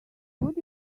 would